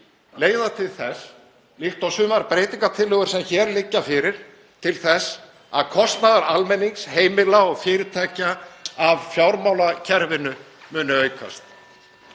leiða til þess, líkt og sumar breytingartillögur sem hér liggja fyrir, að kostnaður almennings, heimila og fyrirtækja af fjármálakerfinu muni aukast.